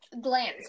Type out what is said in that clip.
glance